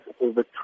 over